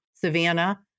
Savannah